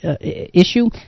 issue